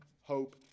hope